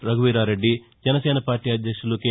Raghuveera Reddy Janasena party అధ్యక్షులు K